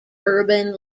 urban